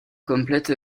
complète